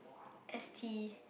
S T